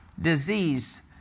disease